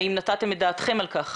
האם נתתם את דעתכם על כך?